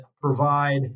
provide